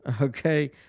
okay